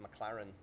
McLaren